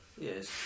Yes